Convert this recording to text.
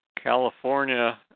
California